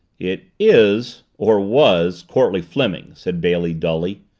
it is or was courtleigh fleming, said bailey dully.